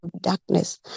darkness